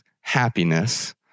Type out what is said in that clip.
happiness